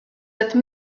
êtes